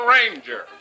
Ranger